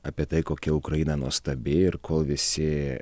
apie tai kokia ukraina nuostabi ir kol visi